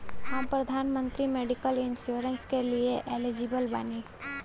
हम प्रधानमंत्री medical insurance के लिए एलिजिबल बानी?